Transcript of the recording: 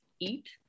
Eat